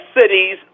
cities